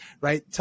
right